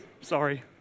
sorry